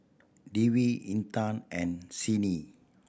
Dwi Intan and Senin